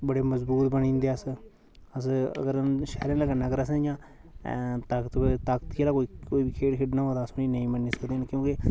बड़े मजबूत बनी जंदे अस अस अगर शैह्रे आह्लें कन्नै अगर अस इ'यां ताकतबर ताकती आह्लला कोई कोई बी खेढ खेढना होऐ ते असें नेईं मन्नी सकदे न क्योंकि